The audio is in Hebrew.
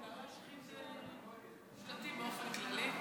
מותר להשחית שלטים באופן כללי?